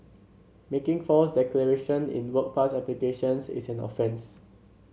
making false declaration in work pass applications is an offence